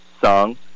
song